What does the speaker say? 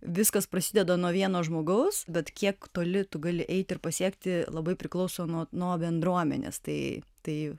viskas prasideda nuo vieno žmogaus bet kiek toli tu gali eiti ir pasiekti labai priklauso nuo nuo bendruomenės tai tai